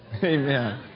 Amen